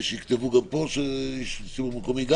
שיכתבו גם פה על איש ציבור מקומי?